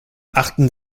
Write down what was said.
achten